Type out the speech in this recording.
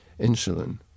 insulin